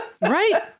Right